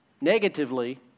negatively